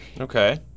Okay